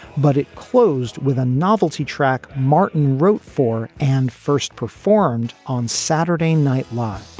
but it closed with a novelty track. martin wrote for and first performed on saturday night live.